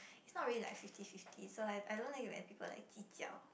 it's not really like fifty fifty so I so I don't like it when people like 计较